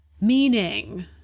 meaning